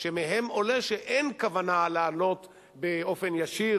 שמהן עולה שאין כוונה לענות באופן ישיר,